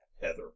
Heather